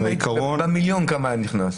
במיליון כמה היה נכנס?